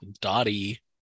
Dottie